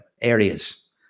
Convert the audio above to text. areas